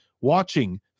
watching